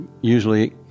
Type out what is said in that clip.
usually